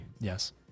Yes